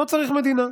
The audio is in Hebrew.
לא צריך מדינה.